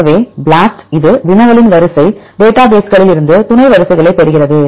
எனவே BLAST இது வினவலின் வரிசை டேட்டாபேஸ்களில் இருந்து துணை வரிசைகளை பெறுகிறது